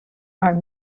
are